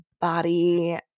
body